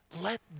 Let